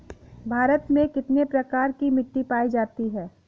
भारत में कितने प्रकार की मिट्टी पायी जाती है?